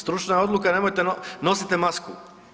Stručna je odluka nemojte, nosite masku.